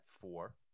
four